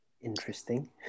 Interesting